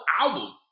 album